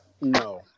No